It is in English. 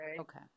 Okay